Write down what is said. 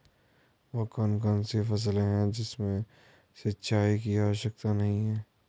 वह कौन कौन सी फसलें हैं जिनमें सिंचाई की आवश्यकता नहीं है?